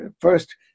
first